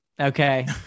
Okay